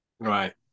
Right